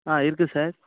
ஆ இருக்குது சார்